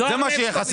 זה מה שחסר.